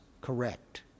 correct